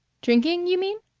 drinking, you mean?